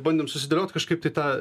bandėm susidoroti kažkaip tai tą